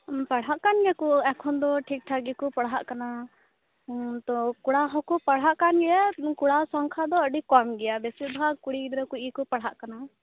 ᱯᱟᱲᱦᱟᱜ ᱠᱟᱱ ᱜᱮᱭᱟᱠᱚ ᱮᱠᱷᱚᱱ ᱫᱚ ᱴᱷᱤᱠ ᱴᱷᱟᱠ ᱜᱮᱠᱚ ᱯᱟᱲᱦᱟᱜ ᱠᱟᱱᱟ ᱛᱚ ᱠᱚᱲᱟ ᱦᱚᱸᱠᱚ ᱯᱟᱲᱦᱟᱜ ᱠᱟᱱ ᱜᱮᱭᱟ ᱠᱚᱲᱟ ᱥᱚᱝᱠᱷᱟ ᱫᱚ ᱟᱹᱰᱤ ᱠᱚᱢ ᱜᱮᱭᱟ ᱵᱮᱥᱤᱨ ᱵᱷᱟᱜ ᱠᱩᱲᱤ ᱜᱤᱫᱽᱨᱟᱹ ᱠᱚᱜᱮᱠᱚ ᱯᱟᱲᱦᱟᱜ ᱠᱟᱱᱟ